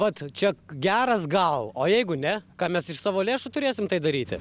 ot čia geras gal o jeigu ne ką mes iš savo lėšų turėsim tai daryti